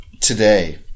today